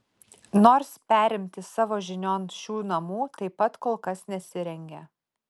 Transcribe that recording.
nors perimti savo žinion šių namų taip pat kol kas nesirengia